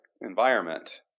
environment